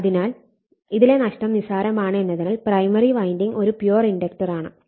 അതിനാൽ ഇതിലെ നഷ്ടടം നിസ്സാരമാണ് എന്നതിനാൽ പ്രൈമറി വൈൻഡിങ് ഒരു പ്യുവർ ഇൻഡക്റ്റർ ആണ്